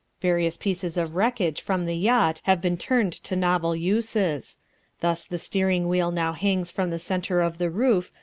various pieces of wreckage from the yacht have been turned to novel uses thus the steering-wheel now hangs from the centre of the roof,